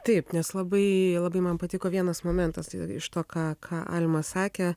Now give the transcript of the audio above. taip nes labai labai man patiko vienas momentas iš to ką ką alma sakė